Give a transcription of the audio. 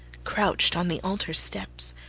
crouched on the altar-steps,